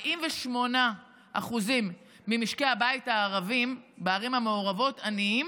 48% ממשקי הבית הערביים בערים המעורבות עניים,